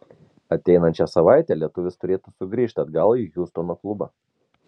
ateinančią savaitę lietuvis turėtų sugrįžti atgal į hjustono klubą